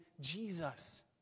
Jesus